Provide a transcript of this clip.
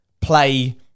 play